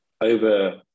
over